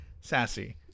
Sassy